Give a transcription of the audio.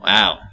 Wow